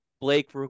Blake